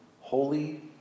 holy